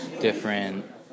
different